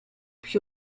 puis